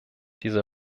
diese